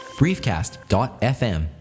briefcast.fm